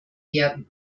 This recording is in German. werden